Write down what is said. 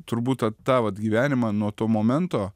turbūt tą tą vat gyvenimą nuo to momento